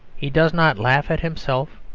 he does not laugh at himself.